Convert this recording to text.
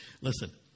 Listen